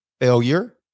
failure